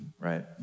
right